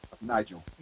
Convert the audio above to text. Nigel